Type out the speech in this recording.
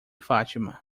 fátima